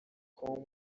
com